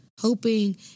Hoping